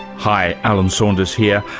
hi, alan saunders here,